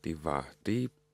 tai va taip